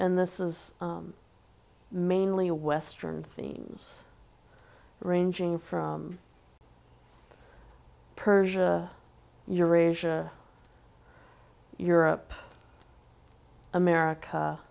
and this is mainly western themes ranging from persia eurasia europe america